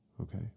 Okay